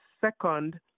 second